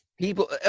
people